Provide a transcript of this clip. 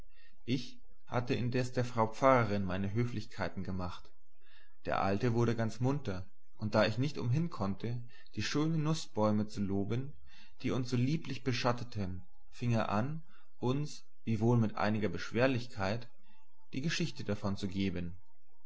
ich hatte indes der frau pfarrerin meine höflichkeiten gemacht der alte wurde ganz munter und da ich nicht umhin konnte die schönen nußbäume zu loben die uns so lieblich beschatteten fing er an uns wiewohl mit einiger beschwerlichkeit die geschichte davon zu geben